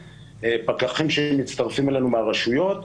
פקחים שמצטרפים אלינו מהרשויות.